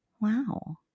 Wow